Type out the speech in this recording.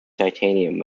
titanium